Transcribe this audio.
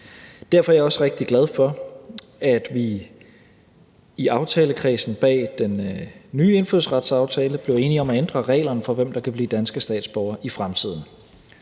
Derfor er jeg også rigtig glad for, at vi i aftalekredsen bag den nye indfødsretsaftale blev enige om at ændre reglerne for, hvem der kan blive danske statsborgere i fremtiden.